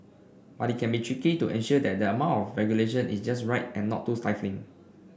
but it can be tricky to ensure that the amount of regulation is just right and not too stifling